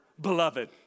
beloved